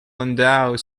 landau